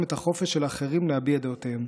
את החופש של אחרים להביע את דעותיהם.